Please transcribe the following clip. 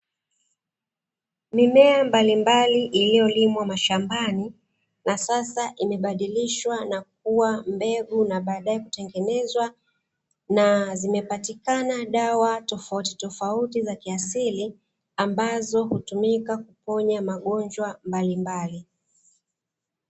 Mimea mbalimbali iliyolimwa mashambani na sasa imebadilishwa na kuwa mbegu na baadaye kutengenezwa. Na zimepatikana dawa tofautitofauti za kiasili ambazo hutumika kuponya magonjwa mbalimbali.